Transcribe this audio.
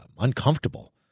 Uncomfortable